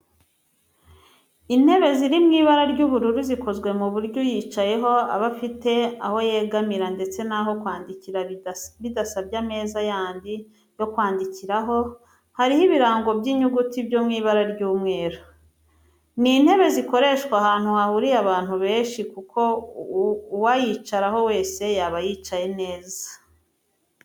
Intebe ziri mu ibara ry'ubururu, zikozwe ku buryo uyicayeho aba afite aho yegamira ndetse n'aho kwandikira bidasabye ameza yandi yo kwandikiraho, hariho ibirango by'inyuguti byo mu ibara ry'umweru. Ni intebe zakoreshwa ahantu hahuriye abantu benshi kuko uwayicaraho wese yaba yicaye neza.